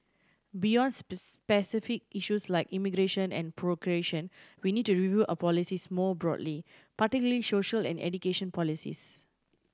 beyond specific issues like immigration and procreation we need to review our policies more broadly particularly social and education policies